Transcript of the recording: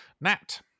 nat